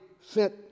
sent